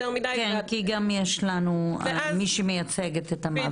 מדי--- כן כי גם יש לנו את מי שמייצגת את המאבק.